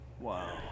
Wow